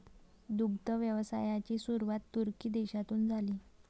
दुग्ध व्यवसायाची सुरुवात तुर्की देशातून झाली